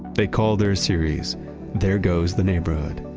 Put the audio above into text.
they call their series there goes the neighborhood.